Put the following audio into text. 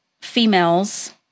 females